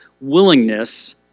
willingness